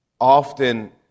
often